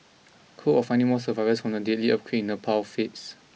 cool of finding more survivors from the deadly of queen in Nepal fades